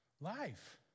Life